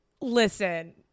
Listen